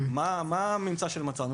מה הממצא שמצאנו?